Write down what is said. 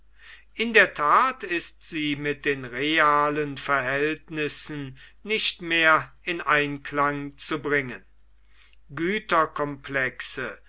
in der tat ist sie mit den realen verhältnissen nicht mehr in einklang zu bringen